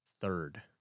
third